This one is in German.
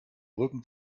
rücken